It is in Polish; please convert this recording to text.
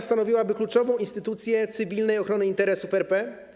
Stanowiłaby kluczową instytucję cywilnej ochrony interesów RP.